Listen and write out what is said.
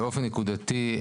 באופן נקודתי,